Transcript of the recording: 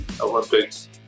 Olympics